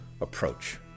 Approach